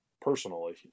personally